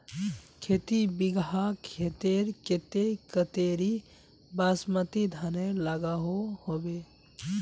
खेती बिगहा खेतेर केते कतेरी बासमती धानेर लागोहो होबे?